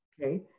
okay